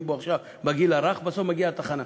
בו עכשיו בגיל הרך בסוף מגיע לתחנה.